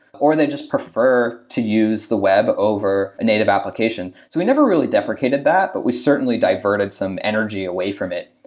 or they just prefer to use the web for over a native application. so we never really deprecated that, but we certainly diverted some energy away from it.